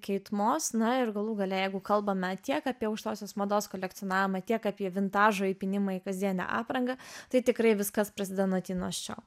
keit mos na ir galų gale jeigu kalbame tiek apie aukštosios mados kolekcionavimą tiek apie vintažo įpynimą į kasdienę aprangą tai tikrai viskas prasideda nuo tinos čiau